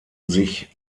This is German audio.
sich